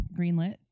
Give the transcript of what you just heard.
Greenlit